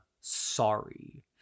sorry